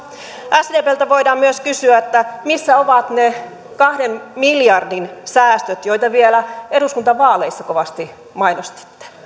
sdpltä voidaan myös kysyä missä ovat ne kahden miljardin säästöt joita vielä eduskuntavaaleissa kovasti mainostitte